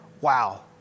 wow